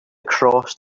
across